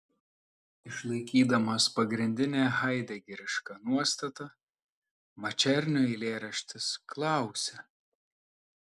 išlaikydamas pagrindinę haidegerišką nuostatą mačernio eilėraštis klausia